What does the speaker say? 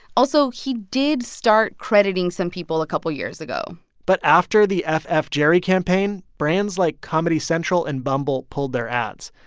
also, he did start crediting some people a couple years ago but after the f f jerry campaign, brands like comedy central and bumble pulled their ads,